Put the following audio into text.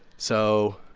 so,